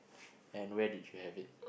and where did you have it